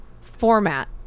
format